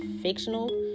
fictional